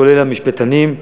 כולל המשפטנים,